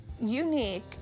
unique